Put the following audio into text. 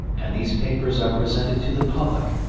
and these papers are presented to the public,